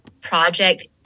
project